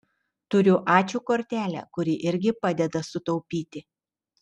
turiu ačiū kortelę kuri irgi padeda sutaupyti